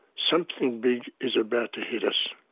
something big is about to hit us,